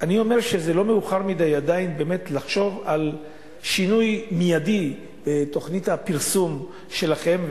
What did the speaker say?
אני אומר שלא מאוחר מדי לחשוב על שינוי מיידי בתוכנית הפרסום שלכם,